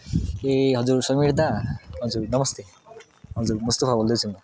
ए हजुर समीर दा हजुर नमस्ते हजुर मुस्तफा बोल्दैछु म